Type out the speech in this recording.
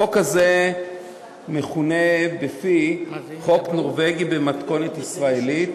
החוק הזה מכונה בפי חוק נורבגי במתכונת ישראלית,